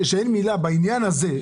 שאין מילה בעניין הזה,